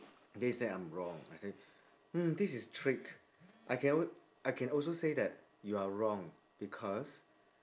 then he said I'm wrong I say hmm this is trick I can al~ I can also say that you are wrong because